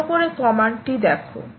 ভালো করে কমান্ডটি দেখো